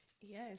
Yes